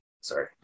Sorry